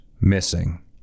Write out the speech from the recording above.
missing